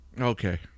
Okay